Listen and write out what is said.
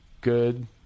good